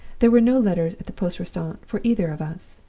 there were no letters at the poste restante for either of us.